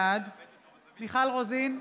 בעד מיכל רוזין,